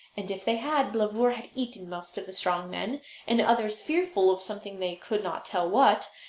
and if they had, blauvor had eaten most of the strong men and others, fearful of something they could not tell what,